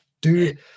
dude